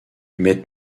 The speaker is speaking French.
m’est